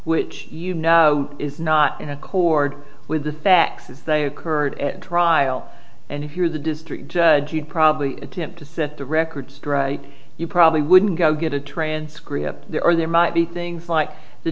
which you know is not in accord with the facts as they occurred at trial and if you're the district judge you'd probably attempt to set the record straight you probably wouldn't get a transcript there or there might be things like the